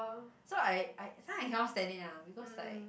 so I I sometime I cannot stand it ah because like